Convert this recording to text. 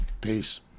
Peace